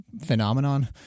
phenomenon